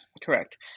correct